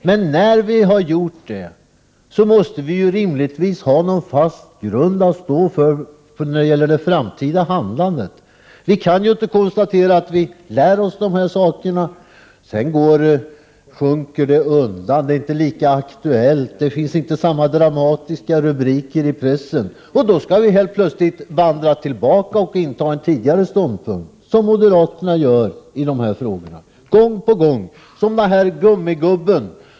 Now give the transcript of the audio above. Men när vi har gjort det måste vi rimligtvis ha någon fast grund att stå på när det gäller det framtida handlandet. Vi kan ju inte konstatera att vi har lärt oss dessa saker och sedan låta detta sjunka undan, när det inte är lika aktuellt och när det inte finns samma dramatiska rubriker i pressen, och sedan vandra tillbaka och inta en tidigare ståndpunkt. Detta gör moderaterna i dessa frågor gång på gång. Moderaterna gör som gummigubben.